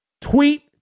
tweet